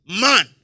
Man